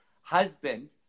husband